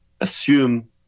assume